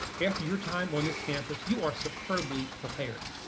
after your time on this campus, you are superbly prepared.